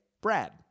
Brad